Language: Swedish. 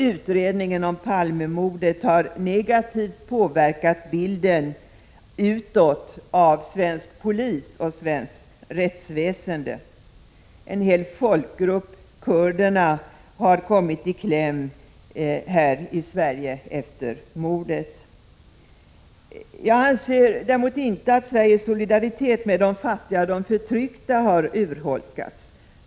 Utredningen om Palmemordet har negativt påverkat bilden utåt av svensk polis och svenskt rättsväsende. En hel folkgrupp — kurderna — har kommit i kläm här i Sverige efter mordet. Jag anser däremot inte att Sveriges solidaritet med de fattiga och de förtryckta har urholkats.